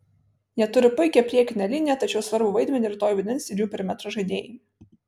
jie turi puikią priekinę liniją tačiau svarbų vaidmenį rytoj vaidins ir jų perimetro žaidėjai